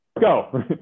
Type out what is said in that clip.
go